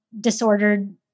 disordered